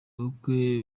ubukwe